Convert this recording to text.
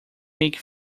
make